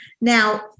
Now